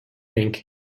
think